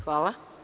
Hvala.